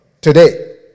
Today